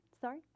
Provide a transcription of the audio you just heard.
sorry